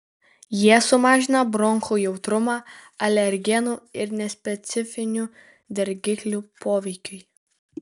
jie sumažina bronchų jautrumą alergenų ir nespecifinių dirgiklių poveikiui